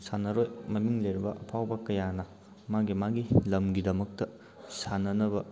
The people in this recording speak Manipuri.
ꯁꯥꯟꯅꯔꯣꯏ ꯃꯃꯤꯡ ꯂꯩꯔꯕ ꯑꯐꯥꯎꯕ ꯀꯌꯥꯅ ꯃꯥꯒꯤ ꯃꯥꯒꯤ ꯂꯝꯒꯤꯗꯃꯛꯇ ꯁꯥꯟꯅꯅꯕ